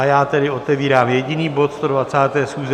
Já tedy otevírám jediný bod 120. schůze